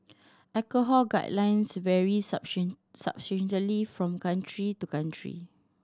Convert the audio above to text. alcohol guidelines vary from country to country